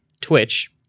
Twitch